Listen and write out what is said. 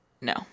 No